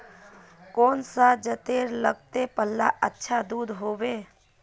कौन सा जतेर लगते पाल्ले अच्छा दूध होवे?